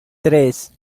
tres